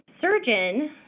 surgeon